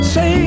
Say